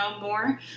more